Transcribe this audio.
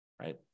right